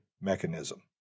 mechanism